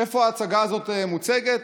איפה ההצגה הזאת מוצגת?